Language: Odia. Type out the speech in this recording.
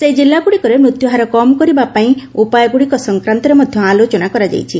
ସେହି ଜିଲ୍ଲାଗୁଡ଼ିକରେ ମୃତ୍ୟୁହାର କମ୍ କରିବା ପାଇଁ ଉପାୟଗ୍ରଡ଼ିକ ସଂକ୍ୱାନ୍ତରେ ମଧ୍ୟ ଆଲୋଚନା କରାଯାଇଛି